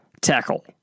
Tackle